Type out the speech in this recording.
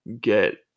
get